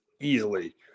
easily